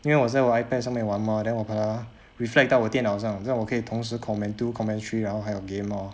因为我在我的 ipad 上面玩 mah then 我可能 reflect 到我电脑上让我可以同时 comment~ do commentary 然后还有 game lor